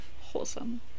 Wholesome